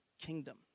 kingdom